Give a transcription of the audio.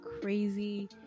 crazy